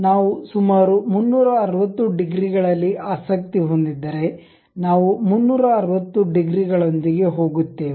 ನಾವು ಸುಮಾರು 360 ಡಿಗ್ರಿಗಳಲ್ಲಿ ಆಸಕ್ತಿ ಹೊಂದಿದ್ದರೆ ನಾವು 360 ಡಿಗ್ರಿಗಳೊಂದಿಗೆ ಹೋಗುತ್ತೇವೆ